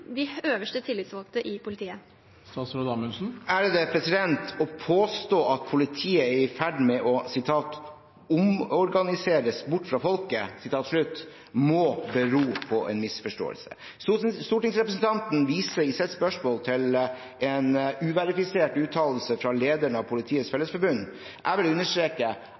tillitsvalgte?» Å påstå at politiet er i ferd med å «organiseres bort fra folket», må bero på en misforståelse. Stortingsrepresentanten viser i sitt spørsmål til en uverifisert uttalelse fra lederen av Politiets Fellesforbund. Jeg vil understreke